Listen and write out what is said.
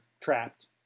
trapped